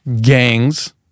gangs